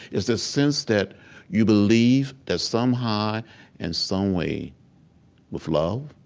it's the sense that you believe that somehow and some way with love